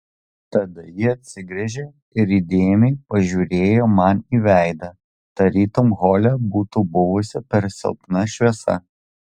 tada ji atsigręžė ir įdėmiai pažiūrėjo man į veidą tarytum hole būtų buvusi per silpna šviesa